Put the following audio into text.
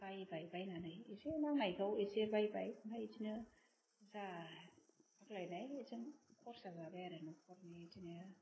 बायबाय बायनानै एसे नांनायखौ एसे बायबाय आमफ्राइ बिदिनो जा आग्लायनाय बेजों खरसा जाबाय आरो न'खरनि बिदिनो